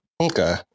Okay